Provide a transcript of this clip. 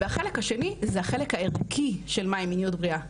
והחלק השני הוא החלק הערכי של מה היא מיניות בריאה,